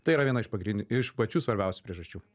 tai yra viena iš pagrind iš pačių svarbiausių priežasčių